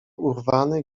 urwany